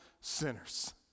sinners